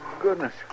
goodness